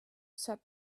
said